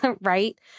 right